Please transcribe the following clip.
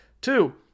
Two